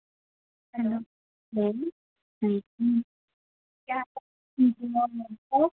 केह् हाल ऐ